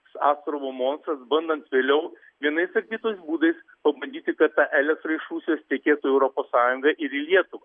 apkrovų monstras bandant vėliau vienais ar kitais būdais pabandyti kad ta elektra iš rusijos tekėtų į europos sąjungą ir į lietuvą